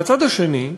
ומהצד השני,